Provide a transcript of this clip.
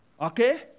Okay